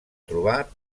trobar